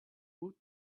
woot